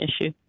issue